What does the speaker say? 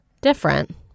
different